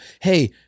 hey